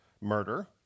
murder